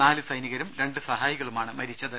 നാല് സൈനികരും രണ്ട് സഹായികളുമാണ് മരിച്ചത്